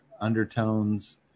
undertones